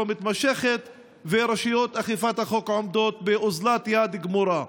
מתמשכת ורשויות אכיפת החוק עומדות באוזלת יד גמורה.